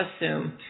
assume